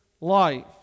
life